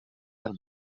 del